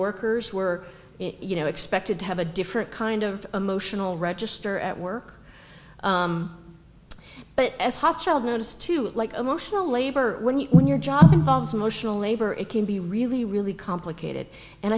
workers were you know expected to have a different kind of emotional register at work but as hostile notice to it like emotional labor when you when your job involves emotional labor it can be really really complicated and